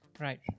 Right